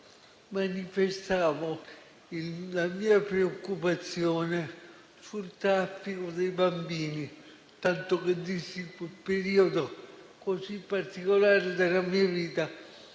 manifestavo la mia preoccupazione sul traffico dei bambini, tanto che dissi, in quel periodo così particolare della mia vita,